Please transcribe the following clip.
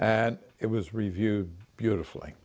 and it was review beautifully